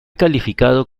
calificado